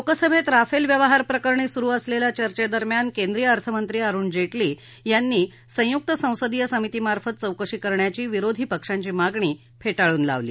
लोकसभेत राफेल व्यवहारप्रकरणी सुरू असलेल्या चर्चेदरम्यान केंद्रीय अर्थमंत्री अरूण जे की यांनी संयुक्त संसदीय समितीमार्फत चौकशी करण्याची विरोधी पक्षांची मागणी फेठळून लावली